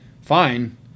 Fine